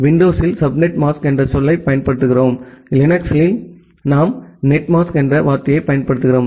விண்டோஸில் subnet mask என்ற சொல்லைப் பயன்படுத்துகிறோம் லினக்ஸில் நாம் நெட் மாஸ்க் என்ற வார்த்தையைப் பயன்படுத்துகிறோம்